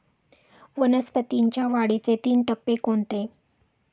वनस्पतींच्या वाढीचे तीन टप्पे कोणते?